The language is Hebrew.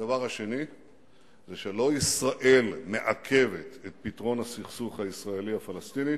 והדבר השני זה שלא ישראל מעכבת את פתרון הסכסוך הישראלי הפלסטיני,